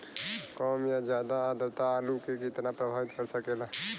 कम या ज्यादा आद्रता आलू के कितना प्रभावित कर सकेला?